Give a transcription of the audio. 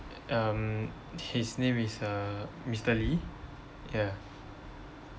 um his name is uh mister lee ya